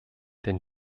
denn